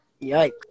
Yikes